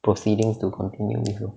proceeding to continue with her